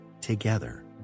together